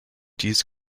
dies